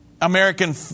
American